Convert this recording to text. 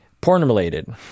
Porn-related